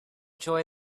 joy